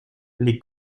les